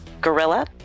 Gorilla